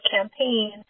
campaign